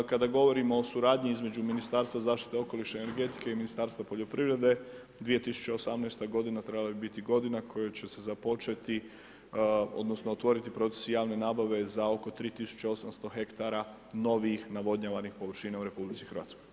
Kada govorimo o suradnji između Ministarstva zaštite okoliša i energetike i Ministarstva poljoprivrede, 2018. godina trebala bi biti godina u kojoj će se započeti odnosno otvoriti procesi javne nabave za oko 3 800 hektara novih navodnjavanih površina u RH.